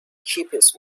cheapest